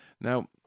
Now